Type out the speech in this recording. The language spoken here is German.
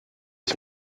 ich